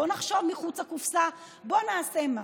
בואו נחשוב מחוץ לקופסה, בואו נעשה משהו.